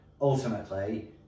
ultimately